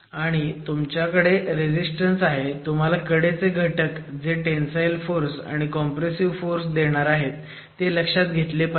आणि तुमच्याकडे रेझीस्टन्स आहे तुम्हाला कडेचे घटक जे टेंसाईल फोर्स आणि कॉम्प्रेसिव्ह फोर्स देणार आहेत ते लक्षात घेतले पाहिजेत